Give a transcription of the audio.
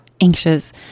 anxious